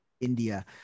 India